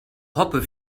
hoppe